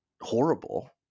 horrible